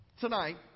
tonight